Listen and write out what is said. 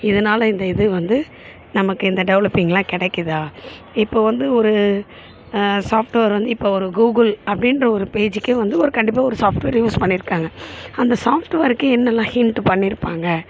இதனால் இந்த இது வந்து நமக்கு இந்த டெவலப்பிங்லாம் கிடைக்கிதா இப்போ வந்து ஒரு சாஃப்ட்வேர் வந்து இப்போ ஒரு கூகுள் அப்படின்ற ஒரு பேஜிக்கே வந்து ஒரு கண்டிப்பாக ஒரு சாஃப்ட்வேர் யூஸ் பண்ணிருக்காங்க அந்த சாஃப்ட்வேருக்கு என்னெல்லாம் ஹிண்ட்டு பண்ணிருப்பாங்க